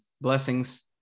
blessings